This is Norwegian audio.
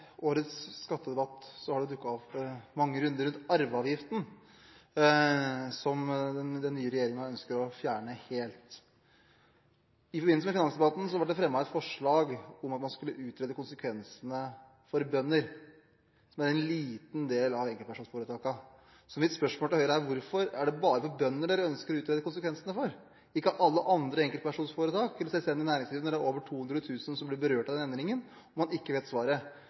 årets skattedebatt har det dukket opp mange runder rundt arveavgiften, som den nye regjeringen ønsker å fjerne helt. I forbindelse med finansdebatten ble det fremmet et forslag om at man skulle utrede konsekvensene for bønder, som er en liten del av enkeltpersonforetakene. Mitt spørsmål til Høyre er: Hvorfor er det bare bønder dere ønsker å utrede konsekvensene for, ikke alle andre enkeltpersonforetak eller selvstendige næringsdrivende når det er over 200 000 som blir berørt av den endringen, og man ikke vet svaret?